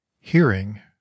hearing